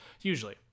usually